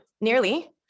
nearly